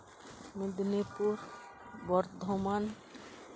Medinipur Bardhaman